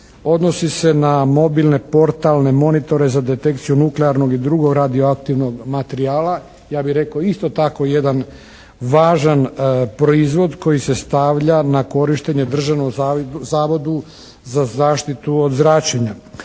odnosi se na mobilne, portalne monitore za detekciju nuklearnog i drugog radioaktivnog materijala, ja bih rekao isto tako jedan važan proizvod koji se stavlja na korištenje Državnom zavodu za zaštitu od zračenja.